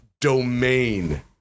domain